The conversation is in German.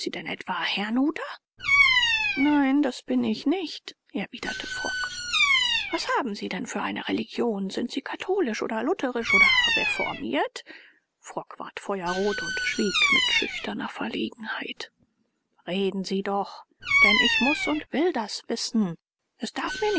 denn etwa herrnhuter nein das bin ich nicht erwiderte frock was haben sie denn für eine religion sind sie katholisch oder lutherisch oder reformiert frock ward feuerrot und schwieg mit schüchterner verlegenheit reden sie doch denn ich muß und will das wissen es darf